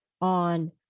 on